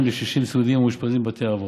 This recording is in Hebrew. לקשישים סיעודיים המאושפזים בבתי אבות.